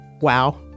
Wow